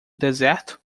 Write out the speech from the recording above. deserto